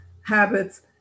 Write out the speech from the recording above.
habits